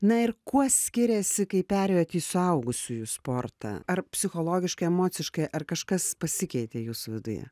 na ir kuo skiriasi kaip perėjot į suaugusiųjų sportą ar psichologiškai emociškai ar kažkas pasikeitė jūsų viduje